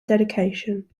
dedication